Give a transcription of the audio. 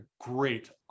great